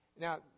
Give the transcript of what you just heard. Now